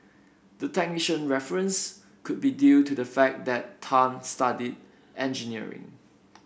the technician reference could be due to the fact that Tan studied engineering